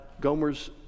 Gomer's